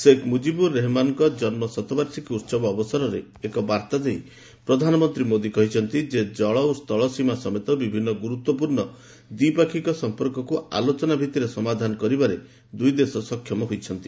ଶେଖ୍ ମୁଜିବୁର ରହେମାନଙ୍କ ଜନ୍ମଶତବାର୍ଷିକ ଉହବ ଅବସରରେ ଏକ ବାର୍ତ୍ତା ଦେଇ ପ୍ରଧାନମନ୍ତ୍ରୀ ମୋଦୀ କହିଛନ୍ତି ଯେ ଜଳ ଓ ସ୍ଥଳ ସୀମା ସମେତ ବିଭିନ୍ନ ଗୁରୁତ୍ୱପୂର୍ଣ୍ଣ ଦ୍ୱିପାକ୍ଷିକ ସଂପର୍କକୁ ଆଲୋଚନା ଭିଭିରେ ସମାଧାନ କରିବାରେ ଦୁଇଦେଶ ସକ୍ଷମ ହୋଇଛନ୍ତି